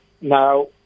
Now